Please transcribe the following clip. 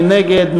מי נגד?